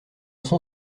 son